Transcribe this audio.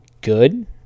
good